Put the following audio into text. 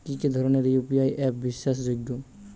কি কি ধরনের ইউ.পি.আই অ্যাপ বিশ্বাসযোগ্য?